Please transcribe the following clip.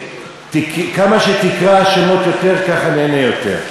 וכמה שתקרא שמות יותר ככה ניהנה יותר.